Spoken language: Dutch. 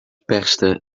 perste